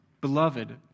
Beloved